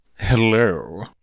Hello